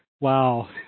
Wow